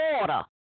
order